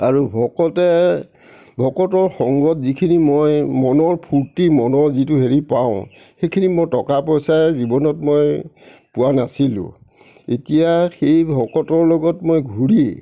আৰু ভকতে ভকতৰ সংগত যিখিনি মই মনৰ ফূৰ্তি মনৰ যিটো হেৰি পাওঁ সেইখিনি মই টকা পইচাৰে জীৱনত মই পোৱা নাছিলোঁ এতিয়া সেই ভকতৰ লগত মই ঘূৰি